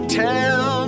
tell